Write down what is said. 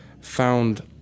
found